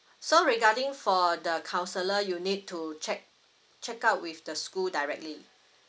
so regarding for the counsellor you need to check check out with the school directly